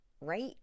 right